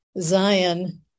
Zion